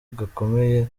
gakomeye